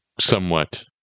somewhat